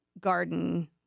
garden